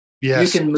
Yes